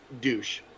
douche